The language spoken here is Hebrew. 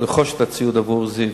הציוד עבור "זיו".